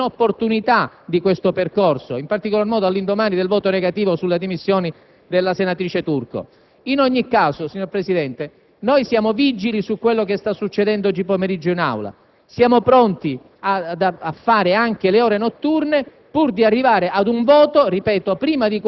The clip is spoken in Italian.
al centro-sinistra su queste dimissioni, lo stesso centro-sinistra avesse fatto mente locale circa l'inopportunità di questo percorso, in particolar modo all'indomani del voto negativo sulle dimissioni della senatrice Turco. In ogni caso, signor Presidente, siamo vigili su quanto sta accadendo oggi pomeriggio in Aula.